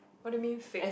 what do you mean fate